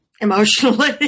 emotionally